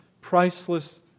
priceless